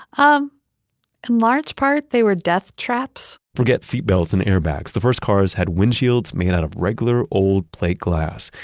um and large part, they were death traps forget seat belts and airbags. the first cars had windshields made out of regular old plate glass.